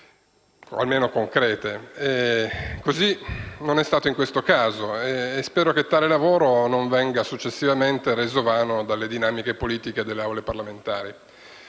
in questo caso così non è stato e spero che tale lavoro non venga successivamente reso vano dalle dinamiche politiche delle aule parlamentari.